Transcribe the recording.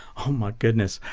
oh, my goodness.